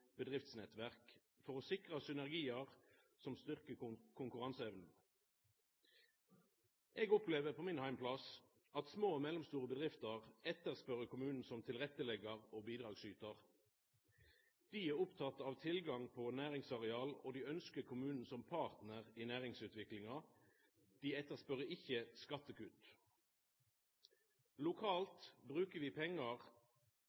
bedriftsnettverk for å sikra synergiar som styrkjer konkurranseevna. Eg opplever på min heimplass at små og mellomstore bedrifter etterspør kommunen som den som legg til rette, og som bidragsytar. Dei er opptekne av tilgang på næringsareal, og dei ønskjer kommunen som partnar i næringsutviklinga. Dei etterspør ikkje